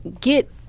Get